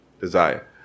desire